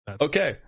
Okay